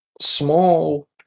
small